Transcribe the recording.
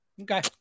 Okay